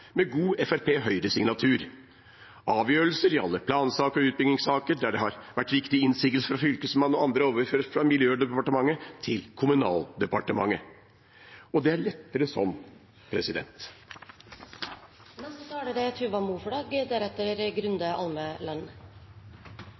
med god Fremskrittsparti–Høyre-signatur. Avgjørelser i alle plansaker og utbyggingssaker der det har vært vektige innsigelser fra Fylkesmannen, og andre, er overført fra Miljødepartementet til Kommunaldepartementet. Det er lettere sånn.